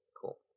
cool